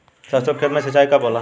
सरसों के खेत मे सिंचाई कब होला?